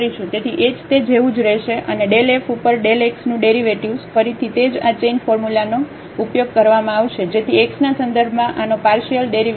તેથી h તે જેવું જ રહેશે અને ∇ f ઉપર ∇ એક્સનું ડેરિવેટિવ્ઝ ફરીથી તે જ આ ચેઈન ફોર્મ્યુલાનો ઉપયોગ કરવામાં આવશે જેથી x ના સંદર્ભમાં આનો પાર્શિયલ ડેરિવેટિવ્ઝ